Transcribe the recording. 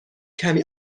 کمی